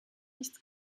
nichts